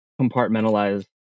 compartmentalize